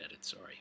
Sorry